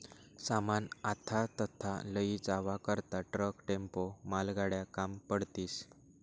सामान आथा तथा लयी जावा करता ट्रक, टेम्पो, मालगाड्या काम पडतीस